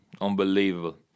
Unbelievable